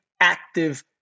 active